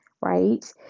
right